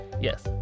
Yes